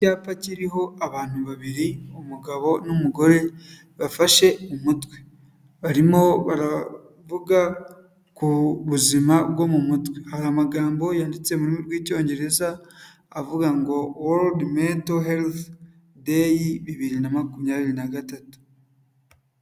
Icyapa kiriho abantu babiri umugabo n'umugore bafashe umutwe, barimo baravuga ku buzima bwo mu mutwe. Hari amagambo yanditse mu rurimi rw'Icyongereza avuga ngo, ''world mental health day 2023.''